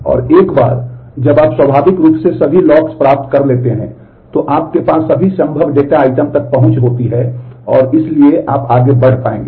और एक बार जब आप स्वाभाविक रूप से सभी लॉक्स प्राप्त कर लेते हैं तो आपके पास सभी संभव डेटा आइटम तक पहुंच होती है और इसलिए आप आगे बढ़ पाएंगे